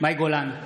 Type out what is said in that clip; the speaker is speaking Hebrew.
מאי גולן,